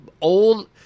Old